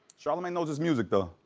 charlemagne knows his music, though.